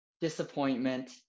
disappointment